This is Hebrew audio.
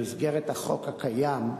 במסגרת החוק הקיים,